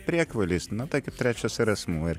priekvailis na tai trečias ir asmuo ir